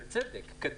ובצדק,